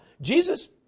Jesus